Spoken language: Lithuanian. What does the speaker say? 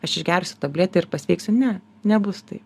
aš išgersiu tabletę ir pasveiksiu ne nebus tai